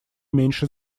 меньше